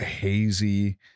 hazy